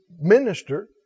minister